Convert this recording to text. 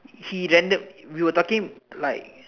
he landed we were talking like